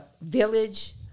village